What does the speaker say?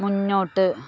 മുന്നോട്ട്